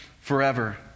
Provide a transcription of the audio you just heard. forever